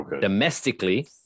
domestically